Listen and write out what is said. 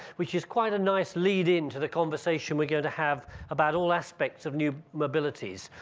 which is quite a nice lead into the conversation. we're going to have about all aspects of new mobility's.